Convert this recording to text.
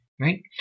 Right